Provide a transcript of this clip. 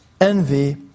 envy